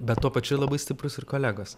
bet tuo pačiu labai stiprūs ir kolegos